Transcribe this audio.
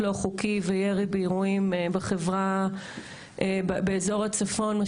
קחו למשל את באר שבע, 230,000 איש.